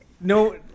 no